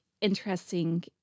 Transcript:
interesting